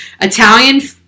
Italian